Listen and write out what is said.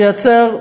שייצר,